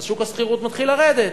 שוק השכירות מתחיל לרדת.